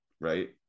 right